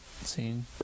scene